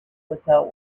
without